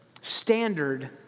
standard